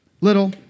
little